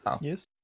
Yes